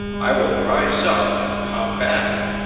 i will rise up and combat it.